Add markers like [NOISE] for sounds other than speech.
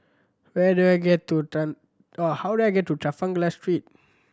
where do I get to [UNINTELLIGIBLE] how do I get to Trafalgar Street